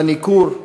לניכור,